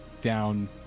down